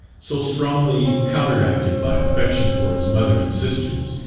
so strongly counteracted by affection for his mother and sisters,